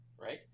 right